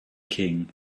king